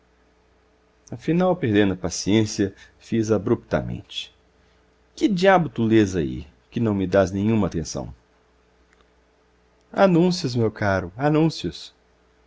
afinal perdendo a paciência fiz abruptamente que diabo tu lês aí que não me dás nenhuma atenção anúncios meu caro anúncios